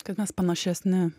kad mes panašesni